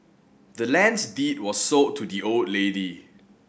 the land's deed was sold to the old lady